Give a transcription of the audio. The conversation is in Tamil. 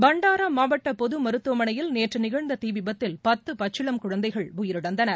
பண்டாராமாவட்டபொதுமருத்துவமனையில் நேற்றுநிகழ்ந்த தீவிபத்தில் பத்துபச்சிளம் குழந்தைகள் உயிரிழந்தனர்